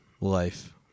life